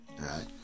right